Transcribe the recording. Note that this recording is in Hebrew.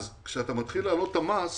אז כשאתה מתחיל להעלות את המס